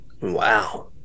Wow